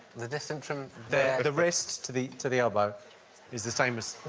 the distance. um the the wrist to the to the elbow is the same as?